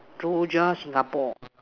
Rojak Singapore